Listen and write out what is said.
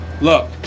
Look